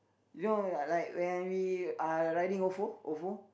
you know like like when we uh riding Ofo Ofo